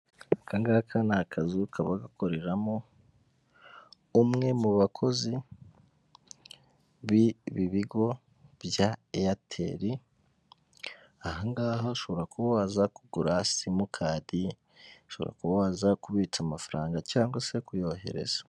Aka ngaka ni akazu kaba gakoreramo umwe mu bakozi b'ibi bigo bya Airtel, aha ngaha ushobora kuba waza kugura simukadi, ushobora kuba waza kubitsa amafaranga cyangwa se kuyohereza.